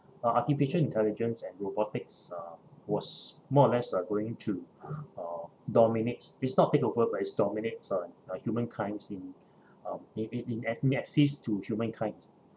uh artificial intelligence and robotics uh was more or less uh going to uh dominate it's not take over but it's dominate uh uh humankind's need um it it it a~ may assist to humankind's